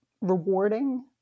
rewarding